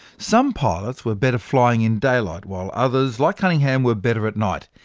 some pilots were better flying in daylight, while others, like cunningham, were better at night.